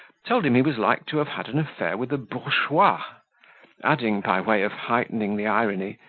told him he was like to have had an affair with a bourgeois adding, by way of heightening the irony,